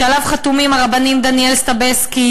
שעליו חתומים הרבנים דניאל סטבסקי,